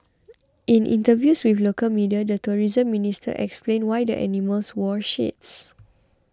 in interviews with local media the tourism minister explained why the animals wore shades